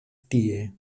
tie